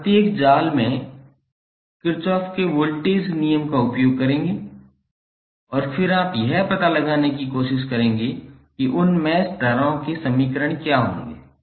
आप प्रत्येक जाल में किरचॉफ के वोल्टेज नियम का उपयोग करेंगे और फिर आप यह पता लगाने की कोशिश करेंगे कि उन मैश धाराओं के समीकरण क्या होंगे